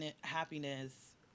happiness